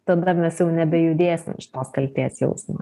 tada mes jau nebejudėsim iš tos kaltės jausmo